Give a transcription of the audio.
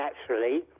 naturally